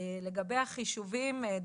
לגבי החישובים,